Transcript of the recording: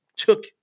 Took